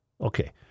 Okay